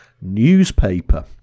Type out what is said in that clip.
newspaper